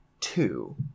two